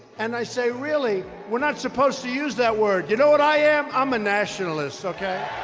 and i say really, we're not supposed to use that word. you know what i am? um i'm a nationalist ok.